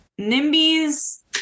NIMBYs